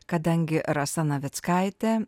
kadangi rasa navickaitė